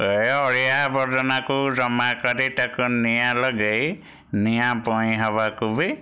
ଏଇ ଅଳିଆ ଆବର୍ଜନାକୁ ଜମା କରି ତାକୁ ନିଆଁ ଲଗେଇ ନିଆଁ ପୋଇଁ ହେବାକୁ ବି